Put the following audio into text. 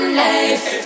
life